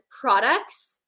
products